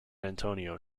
antonio